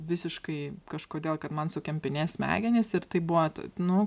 visiškai kažkodėl kad man sukempinės smegenys ir tai buvo nu